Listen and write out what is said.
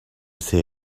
see